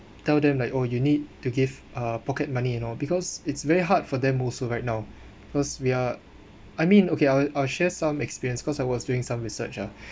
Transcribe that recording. tell them like oh you need to give uh pocket money you know because it's very hard for them also right now cause we are I mean okay I'll I'll share some experience cause I was doing some research ah